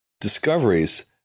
discoveries